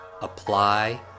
Apply